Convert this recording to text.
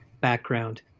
background